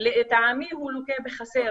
האם יש משהו מובנה בתקציב של משרד החינוך